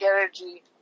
energy